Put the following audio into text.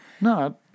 No